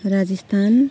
Rajasthan